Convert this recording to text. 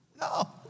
no